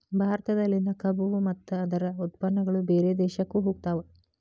ಭಾರತದಲ್ಲಿನ ಕಬ್ಬು ಮತ್ತ ಅದ್ರ ಉತ್ಪನ್ನಗಳು ಬೇರೆ ದೇಶಕ್ಕು ಹೊಗತಾವ